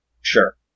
Sure